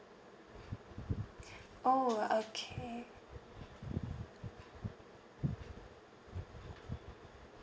oh okay